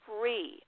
Free